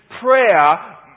prayer